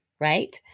right